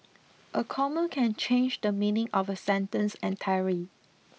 a comma can change the meaning of a sentence entirely